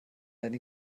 deine